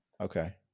Okay